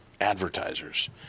advertisers